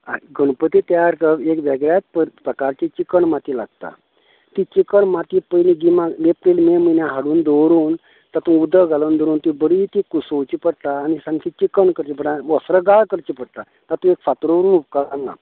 गणपती तयार करप एक वेगळ्यात प्रकारची चिकण माती लागता ती चिकण माती पयलीं गिमात एप्रील मे म्हयन्यांत हाडून दवरून तातून उदक घालून दवरून ती बरी ती कुसोवची पडटा आनी सामकी चिकट करची पडटा आनी वस्रगाळ करची पडटा तातूंत फातर उरूं उपकरना